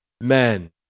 men